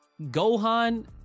Gohan